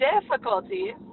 difficulties